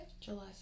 July